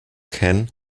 can